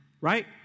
right